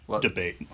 debate